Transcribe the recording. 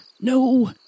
No